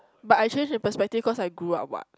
but I change the perceptive cause I grew up what